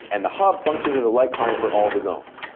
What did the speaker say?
and the hub functions as a light client for all the zones,